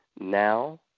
now